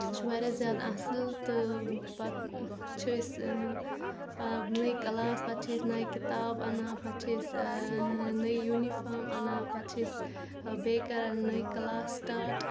سُہ چھُ واریاہ زیادٕ اَصٕل تہٕ پَتہٕ چھِ أسۍ نٔے کَلاس پَتہٕ چھِ أسۍ نَیہِ کِتاب اَنان پَتہٕ چھِ أسۍ نٔے یُنِفارم اَنان پَتہٕ چھِ أسۍ بیٚیہِ کَران نٔے کَلاس سِٹاٹ